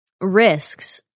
risks